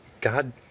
God